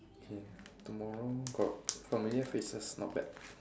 K tomorrow got familiar faces not bad